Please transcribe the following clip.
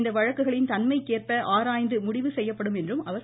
இந்த வழக்குகளின் தன்மைக்கேற்ப ஆராய்ந்து முடிவு செய்யப்படும் என்றும் குறிப்பிட்டார்